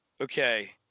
okay